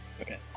Okay